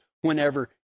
whenever